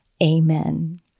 Amen